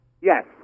Yes